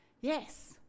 Yes